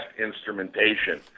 instrumentation